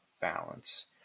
balance